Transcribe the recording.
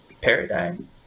paradigm